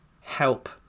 help